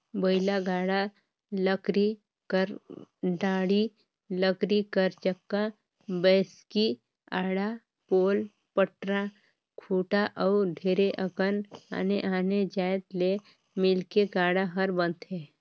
बइला गाड़ा लकरी कर डाड़ी, लकरी कर चक्का, बैसकी, आड़ा, पोल, पटरा, खूटा अउ ढेरे अकन आने आने जाएत ले मिलके गाड़ा हर बनथे